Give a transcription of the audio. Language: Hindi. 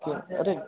तो अरे